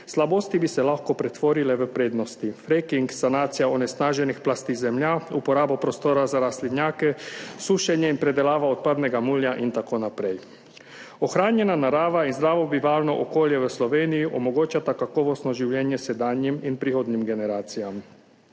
Slabosti bi se lahko pretvorile v prednosti: fracking, sanacija onesnaženih plasti zemlja, uporabo prostora za rastlinjake, sušenje in predelava odpadnega mulja in tako naprej. Ohranjena narava in zdravo bivalno okolje v Sloveniji omogočata kakovostno življenje sedanjim in prihodnjim generacijam.